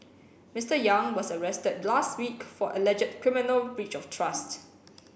Mister Yang was arrested last week for alleged criminal breach of trust